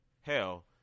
hell